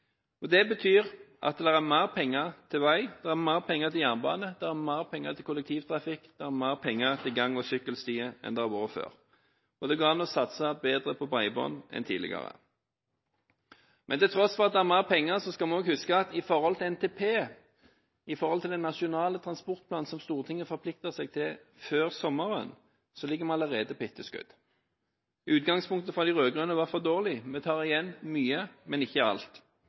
bra. Det betyr at det er mer penger til vei, jernbane, kollektivtrafikk og gang- og sykkelstier enn det har vært før. Det går også an å satse bedre på bredbånd enn tidligere. Til tross for at det er mer penger, skal vi også huske at i forhold til NTP, Nasjonal transportplan, som Stortinget forpliktet seg til før sommeren, ligger vi allerede på etterskudd. Utgangspunktet fra de rød-grønne var for dårlig. Vi tar igjen mye, men ikke alt.